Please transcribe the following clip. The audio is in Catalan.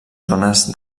zones